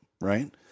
right